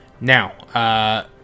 Now